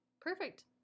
Perfect